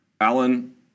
Alan